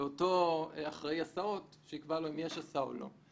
זה אותו אחראי הסעות שיקבע אם יש הסעה או לא.